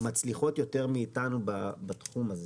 מצליחות יותר מאיתנו בתחום הזה.